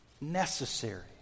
necessary